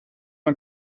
man